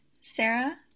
Sarah